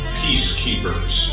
peacekeepers